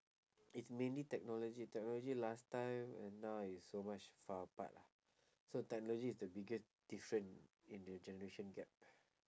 it's mainly technology technology last time and now is so much far apart ah so technology is the biggest different in the generation gap